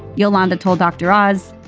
yolanda told dr. oz,